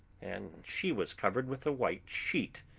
and she was covered with a white sheet,